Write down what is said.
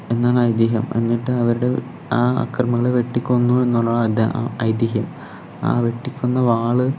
എന്നാണ് ഐതിഹ്യം എന്നിട്ട് അവരുടെ ആ അക്രമികളെ വെട്ടിക്കൊന്നു എന്നുള്ളതാണ് ഐതിഹ്യം ആ വെട്ടിക്കൊന്ന വാള്